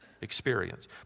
experience